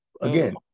Again